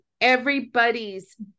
everybody's